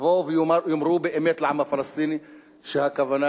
יבואו ויאמרו באמת לעם הפלסטיני שהכוונה